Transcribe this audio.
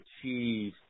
achieve